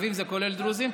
ערביים זה כולל דרוזיים?